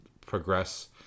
progress